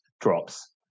drops